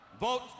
Vote